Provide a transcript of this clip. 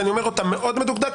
ואני אומר אותם מאוד מדוקדק,